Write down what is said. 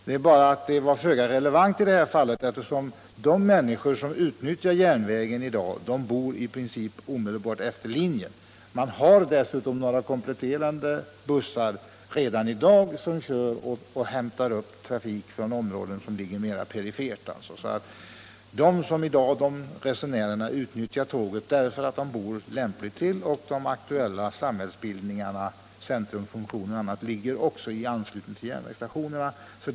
Men i detta fall är detta föga relevant, eftersom de människor som i dag utnyttjar järnvägen bor omedelbart utefter linjen. Man har dessutom redan i dag några kompletterande bussar, som hämtar upp passagerare från mer perifera områden. Dessa tågresenärer utnyttjar tåget därför att de bor lämpligt till och eftersom de aktuella samhällsbildningarna — centrumfunktioner och annat — också ligger i anslutning till järnvägen.